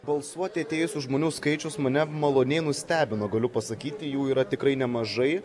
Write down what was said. balsuoti atėjusių žmonių skaičius mane maloniai nustebino galiu pasakyti jų yra tikrai nemažai